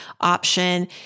option